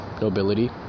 nobility